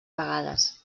vegades